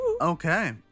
Okay